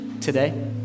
today